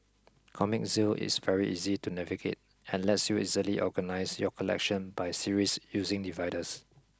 comic Zeal is very easy to navigate and lets you easily organise your collection by series using dividers